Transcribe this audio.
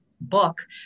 book